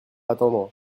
attendre